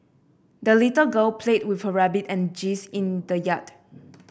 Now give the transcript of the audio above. the little girl played with her rabbit and geese in the yard